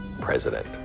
president